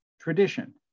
tradition